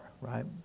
right